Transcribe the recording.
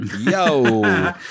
Yo